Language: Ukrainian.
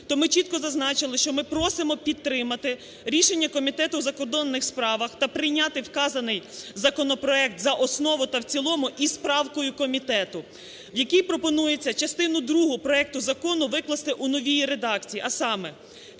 то ми чітко зазначили, що ми просимо підтримати рішення Комітету у закордонних справах та прийняти вказаний законопроект за основу та в цілому із правкою комітету, в якій пропонується частину другу проекту закону викласти у новій редакції. А саме: